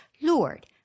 Lord